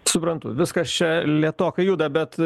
suprantu viskas čia lėtokai juda bet